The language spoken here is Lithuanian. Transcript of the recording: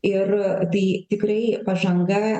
ir tai tikrai pažanga